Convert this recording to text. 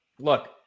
Look